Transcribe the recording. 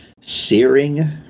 searing